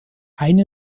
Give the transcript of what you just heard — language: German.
eine